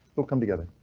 we'll come together.